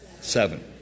Seven